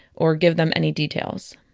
or give them any details